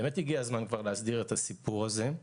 באמת הגיע הזמן כבר להסדיר את הסיפור הזה.